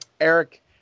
Eric